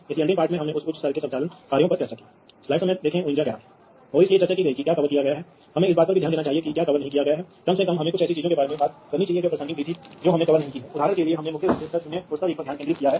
और इसलिए यदि आप प्लांट वाइड नेटवर्क रखना चाहते हैं तो आप कर सकते हैं आपके पास वास्तव में बहुत बड़ी लंबी दूरी शामिल है